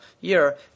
year